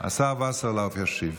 השר וסרלאוף ישיב.